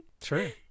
True